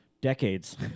decades